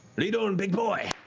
lead on, big boy.